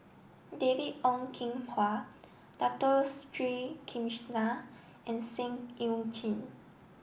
David Ong Kim Huat Dato Sri Krishna and Seah Eu Chin